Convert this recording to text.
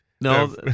No